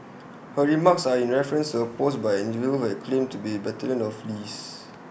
her remarks are in reference to A post by an individual who claimed to be battalion mate of Lee's